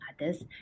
others